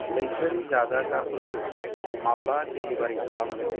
लैथोआरि जाजाग्राफोरखौ माब्ला डेलिबारि खालामगोन